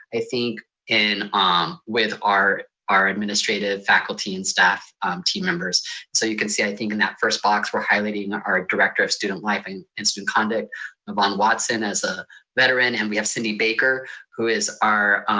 i think in um with our our administrative faculty and staff team members. so you can see, i think in that first box, we're highlighting our director of student life and and student conduct of lavon watson as a veteran. and we have cindy baker who is our